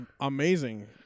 amazing